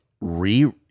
re